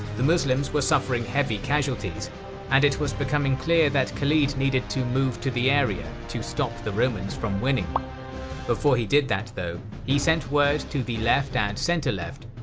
the muslims were suffering heavy casualties and it was becoming clear that khalid needs to move to the area to stop the romans from winning. before he did that though, he sent word to the left and center left,